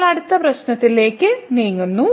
ഇപ്പോൾ അടുത്ത പ്രശ്നത്തിന്റെ നീങ്ങുന്നു